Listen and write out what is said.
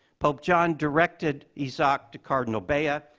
pope john directed isaac to cardinal bea. ah